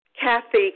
Kathy